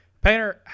Painter